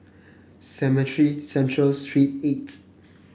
Cemetry Central Street eight